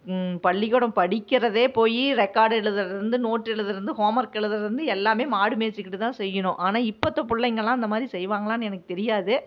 பள்ளிக்கூடம் படிக்கிறதே போய் ரெக்கார்ட் எழுதுகிறதுலேருந்து நோட் எழுதுகிறதுலேருந்து ஹோம்ஒர்க் எழுதுகிறதுலேருந்து எல்லாமே மாடு மேய்த்துக்கிட்டு தான் செய்யணும் ஆனால் இப்பத்த பிள்ளைங்கள்லாம் அந்த மாதிரி செய்வாங்களான்னு எனக்கு தெரியாது